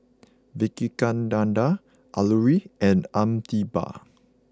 Vivekananda Alluri and Amitabh